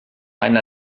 einer